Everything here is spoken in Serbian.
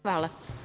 Hvala.